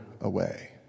away